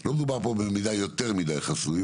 לא מדובר פה במידע יותר מדי חסוי,